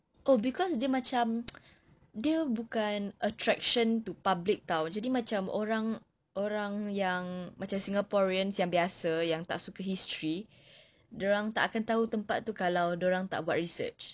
oh because dia macam dia bukan attraction to public tahu jadi macam orang-orang yang macam singaporean yang biasa yang tak suka history dia orang tak akan tahu tempat itu kalau dia orang tak buat research